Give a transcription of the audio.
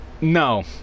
No